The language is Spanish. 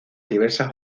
diversas